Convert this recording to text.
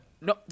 No